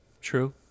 true